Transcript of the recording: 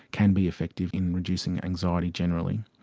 can be effective in reducing anxiety generally.